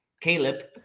Caleb